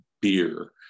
beer